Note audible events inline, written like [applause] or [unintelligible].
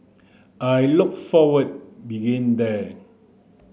I look forward [unintelligible] there